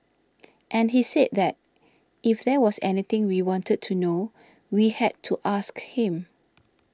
and he said that if there was anything we wanted to know we had to ask him